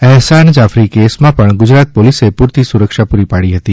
અહેસાન જાફરી કેસમાં પણ ગુજરાત પોલીસે પુરતી સુરક્ષા પુરી પાડી હતી